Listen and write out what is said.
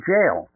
Jail